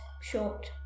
short